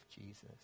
Jesus